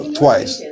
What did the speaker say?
twice